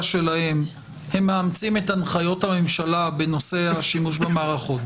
שלהם הם מאמצים את הנחיות הממשלה בנושא השימוש במערכות,